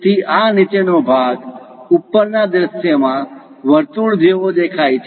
તેથી આ નીચેનો ભાગ ઉપરના દૃશ્યમાં વર્તુળ જેવો દેખાય છે